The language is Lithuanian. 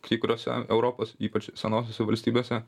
kai kuriose europos ypač senosiose valstybėse